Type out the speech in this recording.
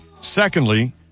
Secondly